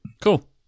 Cool